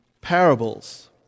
parables